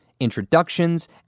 introductions